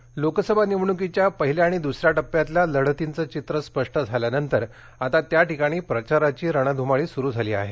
प्रचार लोकसभा निवडणुकीच्या पहिल्या आणि द्सऱ्या टप्प्यातल्या लढतींचं चित्र स्पष्ट झाल्यानंतर आता त्या ठिकाणी प्रचाराची रणध्रमाळी सुरु झाली आहे